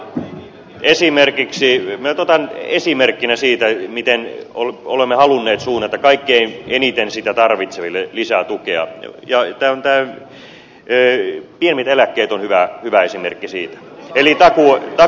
minä nyt otan esimerkkinä siitä miten olemme halunneet suunnata kaikkein eniten tarvitseville lisää tukea nämä pienet eläkkeet jotka ovat hyvä esimerkki siitä eli takuueläkkeen